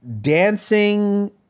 dancing